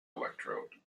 electrode